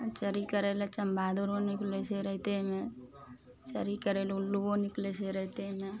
चरी करय लए चमबहादुरो निकलय छै रातिमे चरी करय लए उल्लुओ निकलै छै रातिमे